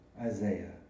Isaiah